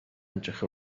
edrych